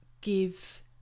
give